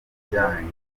ajyanye